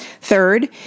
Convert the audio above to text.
Third